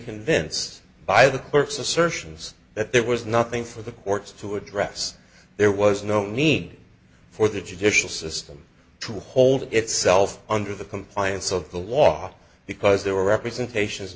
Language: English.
convinced by the clerk's assertions that there was nothing for the courts to address there was no need for the judicial system to hold itself under the compliance of the law because there were representations